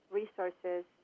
resources